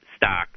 Stock